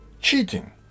cheating